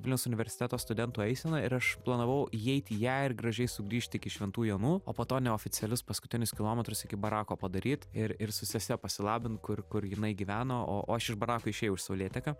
vilniaus universiteto studentų eisena ir aš planavau įeit į ją ir gražiai sugrįžt iki šventų jonų o po to neoficialius paskutinius kilometrus iki barako padaryt ir ir su sese pasilabint kur kur jinai gyveno o o aš iš barako išėjau iš saulėtekio